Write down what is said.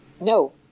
No